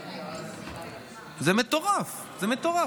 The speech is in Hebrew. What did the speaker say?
זה מטורף, זה מטורף.